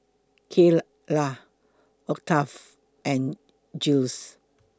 Kyla Octave and Giles